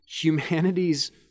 humanity's